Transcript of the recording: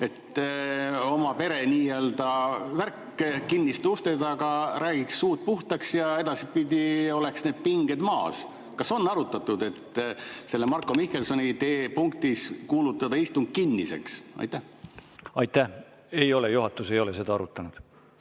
oma pere värk, kinniste uste taga räägiks suud puhtaks ja edaspidi oleks need pinged maas? Kas on arutatud, et selles Marko Mihkelsoni punktis kuulutada istung kinniseks? Aitäh! Ei ole, juhatus ei ole seda arutanud.